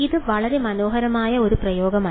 ഇത് വളരെ മനോഹരമായ ഒരു പ്രയോഗമല്ല